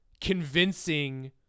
convincing